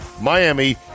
Miami